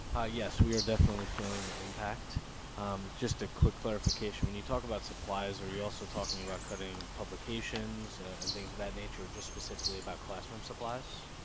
yes we're definitely feeling the impact just a quick clarification when you talk about supplies are you also talking about cutting publications and things of that nature just specifically about classroom supplies